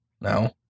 No